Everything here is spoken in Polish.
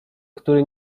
który